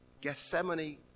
Gethsemane